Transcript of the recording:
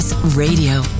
Radio